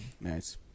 Nice